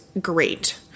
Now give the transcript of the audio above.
great